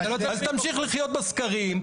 אתה תמשיך לחיות בסקרים.